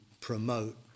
promote